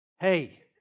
Hey